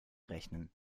rechnen